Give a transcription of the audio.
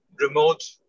remote